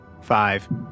Five